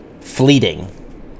fleeting